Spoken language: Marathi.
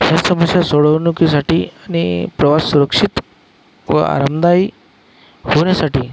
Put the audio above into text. ह्या समस्या सोडवणुकीसाठी आणि प्रवास सुरक्षित व आरामदायी होण्यासाठी